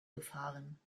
gefahren